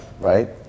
Right